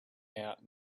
out